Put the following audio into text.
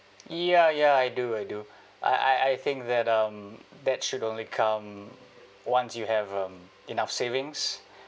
ya ya I do I do I I think that um that should only come once you have um enough savings